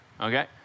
okay